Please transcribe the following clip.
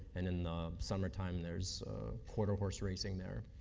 and in the summer time, there's quarter horse racing there.